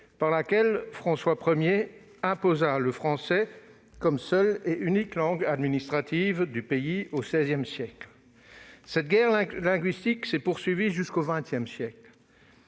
par laquelle François I imposa le français comme seule et unique langue administrative du pays, au XVI siècle. Cette guerre linguistique s'est poursuivie jusqu'au XX siècle,